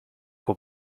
will